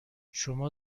شما